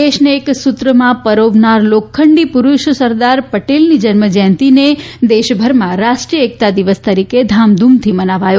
દેશને એક સૂત્રમાં પરોબનાર લોખંડી પુરૂષ સરદાર પટેલની જન્મજયંતીને દેશભરમાં રાષ્ટ્રીય એકતા દિવસ તરીકે ધૂમધામથી મનાવાયો